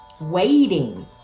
waiting